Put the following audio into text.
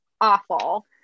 awful